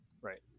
Right